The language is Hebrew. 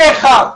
פה אחד.